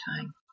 time